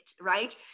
right